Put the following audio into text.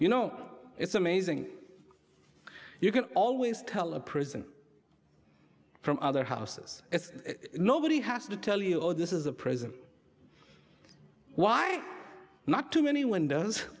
you know it's amazing you can always tell a prison from other houses as nobody has to tell you oh this is a prison why not too many w